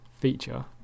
feature